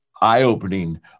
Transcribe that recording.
eye-opening